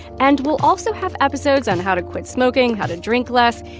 and we'll also have episodes on how to quit smoking, how to drink less,